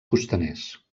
costaners